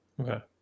Okay